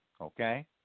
okay